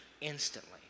instantly